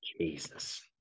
Jesus